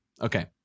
okay